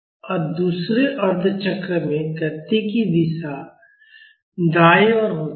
अत दूसरे अर्ध चक्र में गति की दिशा दायीं ओर होती है